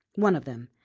one of them,